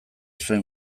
zuen